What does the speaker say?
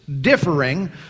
differing